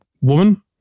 woman